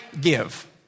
give